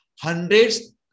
hundreds